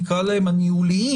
נקרא להם הניהוליים,